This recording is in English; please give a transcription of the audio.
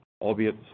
albeit